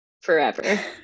forever